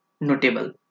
notable